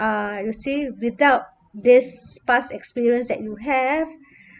uh you see without this past experience that you have